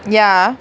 ya